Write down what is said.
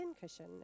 cushion